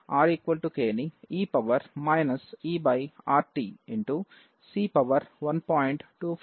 r k ని e E RT C 1